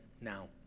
Now